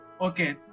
Okay